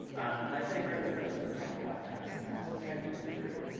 and i say greater than code is a tech podcast and that's technically true.